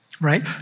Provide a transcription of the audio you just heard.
right